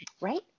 Right